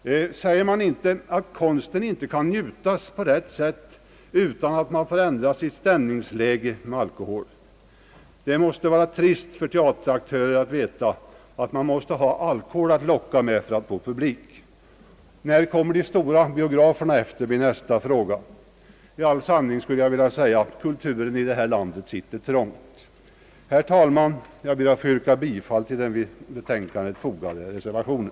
Säger man inte med detta att konsten inte kan njutas på rätt sätt om man inte får påverka sitt eget stämningsläge med alkohol? Det måste vara trist för en teateraktör att veta att man måste ha alkohol att locka med för att få publik. När kommer de stora biograferna efter? Jag skulle i sanning vilja säga: Kulturen i vårt land sitter trångt! Herr talman! Jag ber att få yrka bifall till den vid föreliggande betänkande fogade reservationen.